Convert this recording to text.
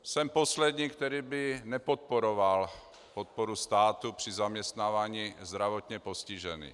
Jsem poslední, který by nepodporoval podporu státu při zaměstnávání zdravotně postižených.